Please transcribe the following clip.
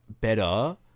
better